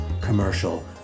commercial